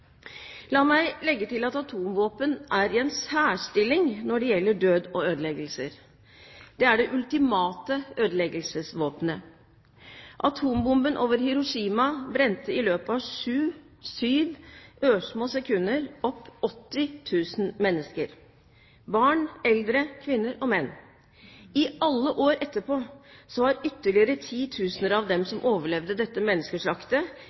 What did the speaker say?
La meg legge til at atomvåpen er i en særstilling når det gjelder død og ødeleggelser. Det er det ultimate ødeleggelsesvåpenet. Atombomben over Hiroshima brente i løpet av sju ørsmå sekunder opp 80 000 mennesker – barn, eldre, kvinner og menn. I alle år etterpå har ytterligere titusener av dem som overlevde dette